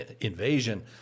invasion